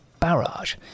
barrage